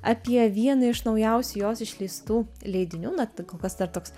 apie vieną iš naujausių jos išleistų leidinių na tai kol kas dar toks